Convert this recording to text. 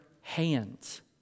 hands